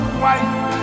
white